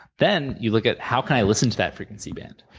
then, you look at how can i listen to that frequency band,